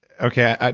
okay,